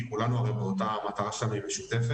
כי כולנו הרי המטרה שלנו היא משותפת.